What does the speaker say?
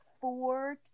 four